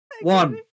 One